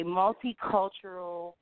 multicultural